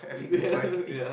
no yeah no yeah